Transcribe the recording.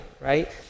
right